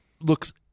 looks